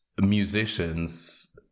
musicians